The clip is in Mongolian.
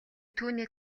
түүний